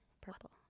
purple